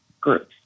groups